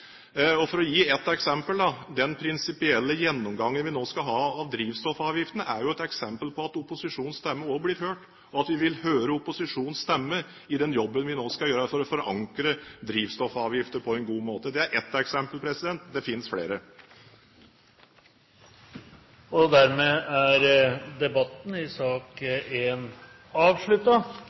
For å gi et eksempel: Den prinsipielle gjennomgangen vi nå skal ha av drivstoffavgiftene, er jo et eksempel på at opposisjonens stemme også blir hørt, og at vi vil høre opposisjonens stemme i den jobben vi nå skal gjøre for å forankre drivstoffavgifter på en god måte. Det er ett eksempel. Det finnes flere. Dermed er debatten i sak